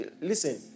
Listen